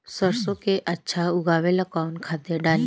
सरसो के अच्छा उगावेला कवन खाद्य डाली?